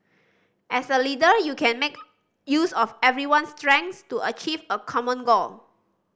as a leader you can make use of everyone's strengths to achieve a common goal